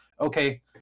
okay